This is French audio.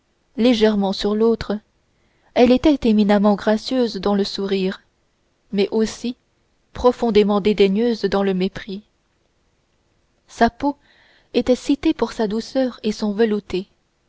légèrement sur l'autre elle était éminemment gracieuse dans le sourire mais aussi profondément dédaigneuse dans le mépris sa peau était citée pour sa douceur et son velouté